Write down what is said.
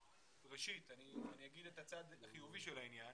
- וקודם אני אומר את הצד החיובי של העניין